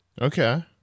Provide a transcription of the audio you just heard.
Okay